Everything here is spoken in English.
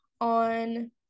on